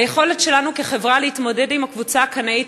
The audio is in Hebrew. היכולת שלנו כחברה להתמודד עם הקבוצה הקנאית,